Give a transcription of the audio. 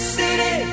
city